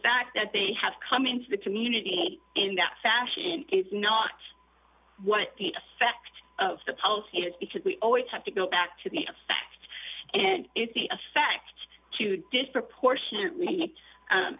fact that they have come into the community in that fashion is not what the effect of the polls is because we always have to go back to the effect and the effect to disproportionately